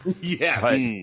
Yes